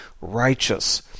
righteous